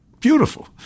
beautiful